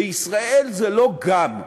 בישראל זה לא גם.